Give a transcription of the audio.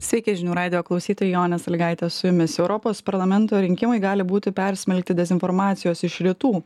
sveiki žinių radijo klausytojai jonė sąlygaitė su jumis europos parlamento rinkimai gali būti persmelkti dezinformacijos iš rytų